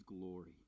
glory